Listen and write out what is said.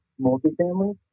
multifamily